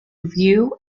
view